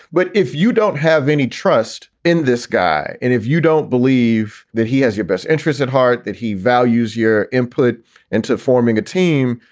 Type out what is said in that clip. but if you don't have any trust in this guy and if you don't believe that he has your best interests at heart, that he values your input into forming a team,